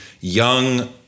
young